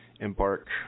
embark